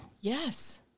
Yes